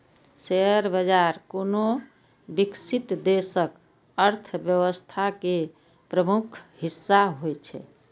share बाजार कोनो विकसित देशक अर्थव्यवस्था के प्रमुख हिस्सा होइ छै